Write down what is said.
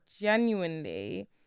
genuinely